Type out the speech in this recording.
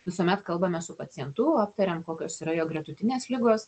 visuomet kalbamės su pacientu aptariam kokios yra jo gretutinės ligos